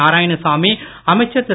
நாராயணசாமி அமைச்சர் திரு